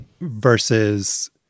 versus